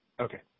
Okay